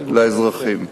לאזרחים.